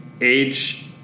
age